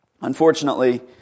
Unfortunately